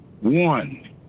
one